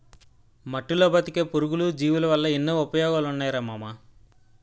మట్టిలో బతికే పురుగులు, జీవులవల్ల ఎన్నో ఉపయోగాలున్నాయిరా మామా